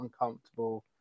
uncomfortable